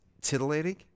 titillating